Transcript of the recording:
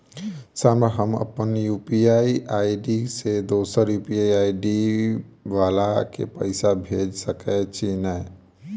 Sir हम अप्पन UPI ID सँ दोसर यु.पी.आई आई.डी वला केँ पैसा भेजि सकै छी नै?